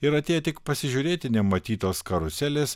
ir atėję tik pasižiūrėti nematytos karuselės